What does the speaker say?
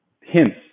hints